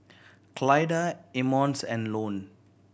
Clyda Emmons and Ione